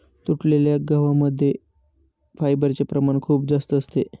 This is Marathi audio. तुटलेल्या गव्हा मध्ये फायबरचे प्रमाण खूप जास्त असते